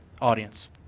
audience